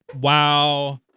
Wow